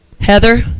Heather